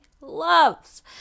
loves